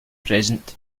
present